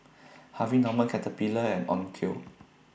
Harvey Norman Caterpillar and Onkyo